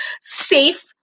safe